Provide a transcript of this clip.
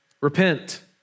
Repent